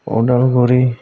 Udalguri